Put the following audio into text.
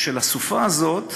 שבסופה הזאת